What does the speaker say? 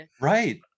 Right